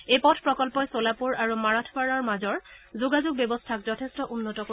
এই পথ প্ৰকল্পই ছলাপুৰ আৰু মাৰাথৱাড়াৰ মাজৰ যোগাযোগ ব্যৱস্থাক যথেষ্ট উন্নত কৰিব